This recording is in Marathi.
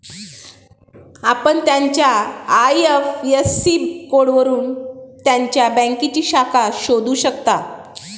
आपण त्याच्या आय.एफ.एस.सी कोडवरून त्याच्या बँकेची शाखा शोधू शकता